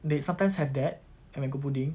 they sometimes have that and mango pudding